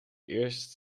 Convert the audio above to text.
eerst